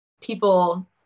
people